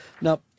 Now